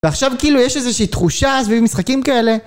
ועכשיו כאילו יש איזושהי תחושה, סביב משחקים כאלה,